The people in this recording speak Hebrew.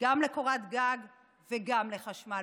גם לקורת גג וגם לחשמל.